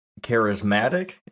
charismatic